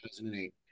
2008